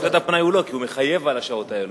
בשעות הפנאי הוא לא, כי הוא מחייב על השעות האלו.